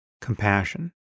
compassion